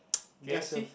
just a